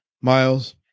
Miles